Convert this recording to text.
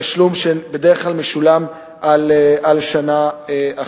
תשלום שבדרך כלל משולם על שנה אחת.